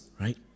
Right